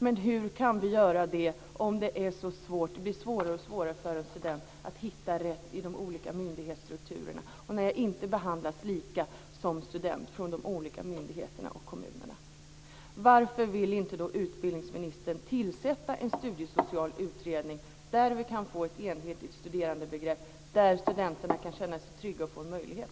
Men hur kan vi göra det om det blir svårare och svårare för en student att hitta rätt i de olika myndighetsstrukturerna och när jag inte behandlas lika som student från de olika myndigheterna och kommunerna? Varför vill då inte utbildningsministern tillsätta en studiesocial utredning där vi kan få ett enhetligt studerandebegrepp där studenterna kan känna sig trygga och få en möjlighet?